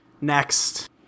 next